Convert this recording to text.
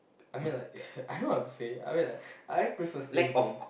I mean like I don't know what to say I mean like I just prefer staying home